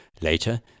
Later